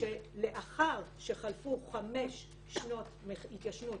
ולומר שלאחר שחלפו 5 שנות התיישנות